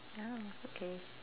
ah okay